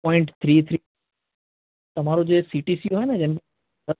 point three three તમારો જે CTC હોય ને જેમ